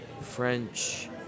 french